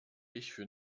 ich